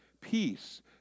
peace